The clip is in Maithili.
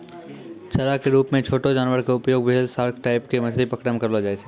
चारा के रूप मॅ छोटो जानवर के उपयोग व्हेल, सार्क टाइप के मछली पकड़ै मॅ करलो जाय छै